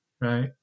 right